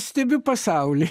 stebiu pasaulį